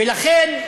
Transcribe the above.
ולכן,